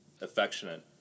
affectionate